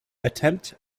attempt